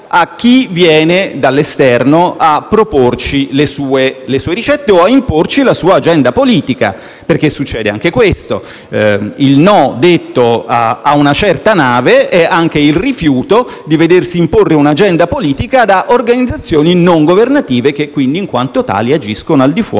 a chi viene dall'esterno a proporci le sue ricette o a imporci la sua agenda politica. Succede, infatti, anche questo: il no detto a una certa nave è anche il rifiuto di vedersi imporre una agenda politica da organizzazioni non governative che, in quanto tali, agiscono al di fuori